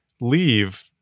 leave